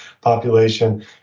population